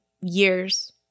years